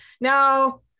Now